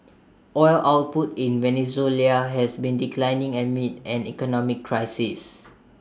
oil output in Venezuela has been declining amid an economic crisis